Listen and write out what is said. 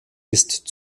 ist